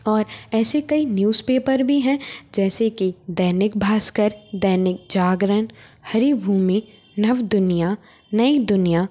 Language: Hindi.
और ऐसे कई न्यूज़पेपर भी हैं जैसे कि दैनिक भास्कर दैनिक जागरण हरिभूमि नव दुनिया नई दुनिया